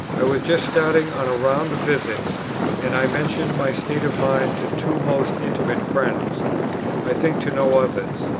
i was just starting on a round of visits and i mentioned my state of mind to two most intimate friends i think to no others.